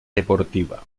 deportiva